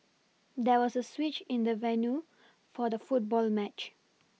there was a switch in the venue for the football match